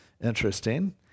Interesting